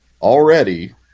already